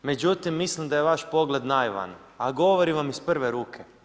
Međutim, mislim da je vaš pogled naivan, a govorim vam iz prve ruke.